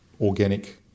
organic